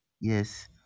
Yes